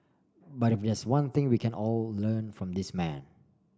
but if there's one thing we can all learn from this man